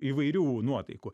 įvairių nuotaikų